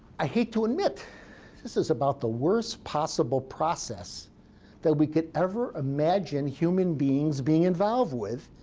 i hate to admit this is about the worst possible process that we could ever imagine human beings being involved with,